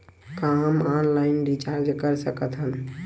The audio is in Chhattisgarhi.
का हम ऑनलाइन रिचार्ज कर सकत हन?